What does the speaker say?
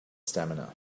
stamina